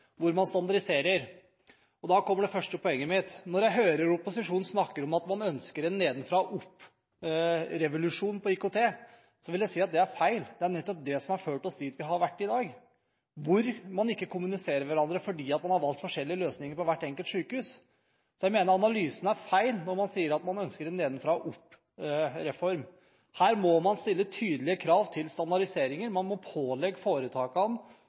hvor man standardiserer. Da kommer det første poenget mitt: Når jeg hører opposisjonen snakker om at man ønsker en nedenfra-og-opp-revolusjon på IKT-området, vil jeg si at det er feil. Det er nettopp det som har ført oss dit vi er i dag, hvor man ikke kommuniserer med hverandre fordi man har valgt forskjellige løsninger på hvert enkelt sykehus. Så jeg mener at analysen er feil når man sier at man ønsker en nedenfra-og-opp-reform. Her må man stille tydelige krav til standardiseringer. Man må pålegge foretakene